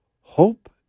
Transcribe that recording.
hope